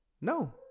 no